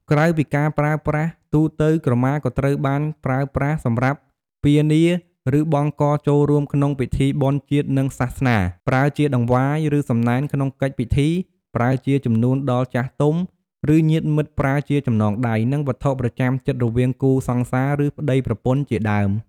ក្រៅពីការប្រើប្រាស់ទូទៅ ក្រមា ក៏ត្រូវគេប្រើប្រាស់សម្រាប់ពានា ឬបង់កចូលរួមក្នុងពិធីបុណ្យជាតិនិងសាសនា, ប្រើជាតង្វាយ ឬសំណែនក្នុងកិច្ចពិធី, ប្រើជាជំនូនដល់ចាស់ទុំ ឬញាតិមិត្តប្រើជាចំណងដៃ និងវត្ថុប្រចាំចិត្តរវាងគូសង្សារ ឬប្តីប្រពន្ធជាដើម។